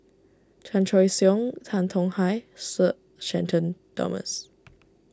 Chan Choy Siong Tan Tong Hye Sir Shenton Thomas